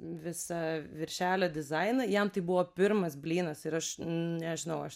visą viršelio dizainą jam tai buvo pirmas blynas ir aš nežinau aš